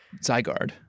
Zygarde